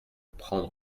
prendre